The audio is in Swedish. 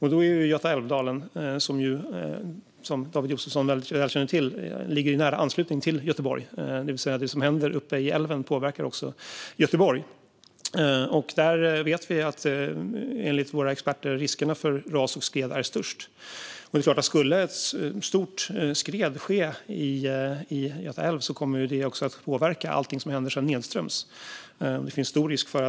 Som David Josefsson väl känner till ligger Götaälvdalen i nära anslutning till Göteborg. Det som händer uppe i älven påverkar också Göteborg. Där vet vi enligt våra experter att riskerna för ras och skred är störst. Skulle ett stort skred ske i Göta älv kommer det att påverka allting som sedan händer nedströms.